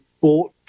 bought